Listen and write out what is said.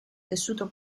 tessuto